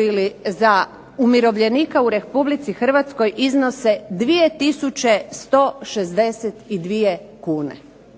ili za umirovljenika u RH iznose 2 tisuće 162 kune.